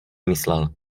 myslel